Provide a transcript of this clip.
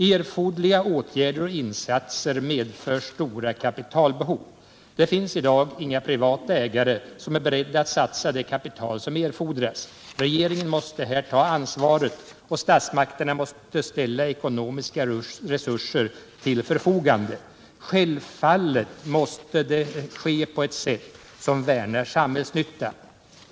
Erforderliga åtgärder och insatser medför stora kapitalbehov. Det finns i dag inga privata ägare som är beredda att satsa det kapital som krävs. Regeringen måste här ta ansvaret och statsmakterna måste ställa ekonomiska resurser till förfogande. Självfallet måste det ske på ett sätt som värnar samhällsnyttan.